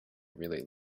really